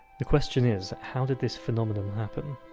the question is how did this phenomenon happen?